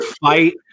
Fight